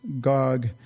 Gog